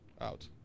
out